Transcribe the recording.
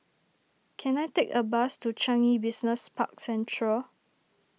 can I take a bus to Changi Business Park Central